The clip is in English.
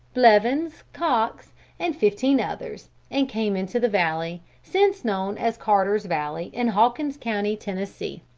blevins, cox and fifteen others, and came into the valley, since known as carter's valley, in hawkin's county, tennessee.